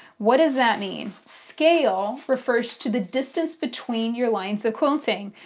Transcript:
what does that mean? scale refers to the distance between your lines of quilting.